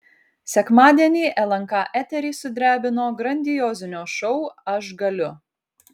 sekmadienį lnk eterį sudrebino grandiozinio šou aš galiu